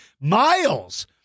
Miles